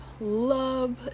love